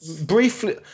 Briefly